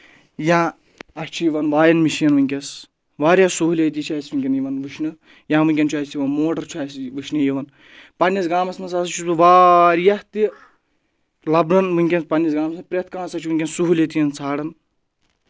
یا اَسہِ چھُ یِوان وایَن مِشیٖن وٕنکیٚس واریاہ سہوٗلیتی چھِ اَسہِ وٕنکؠن یِوان وٕچھنہٕ یا وٕنکؠن چھُ اَسہِ یِوان موٹر چھُ اَسہِ وٕچھنہٕ یِوَان پَنٕنِس گامَس منٛز ہَسا چھُس بہٕ واریاہ تہِ لَبان وٕنکؠن پَننِس گامَس منٛز پرؠتھ کانٛہہ ہسا چھِ وٕنکیٚن سہوٗلیتی یِن ژھانڈان